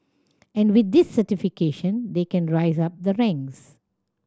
and with this certification they can rise up the ranks